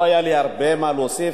לא היה לי הרבה מה להוסיף,